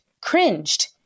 cringed